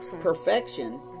perfection